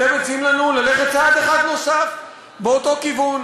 אתם מציעים לנו ללכת צעד אחד נוסף באותו כיוון